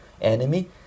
enemy